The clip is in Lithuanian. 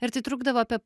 ir tai trukdavo apie